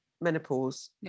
menopause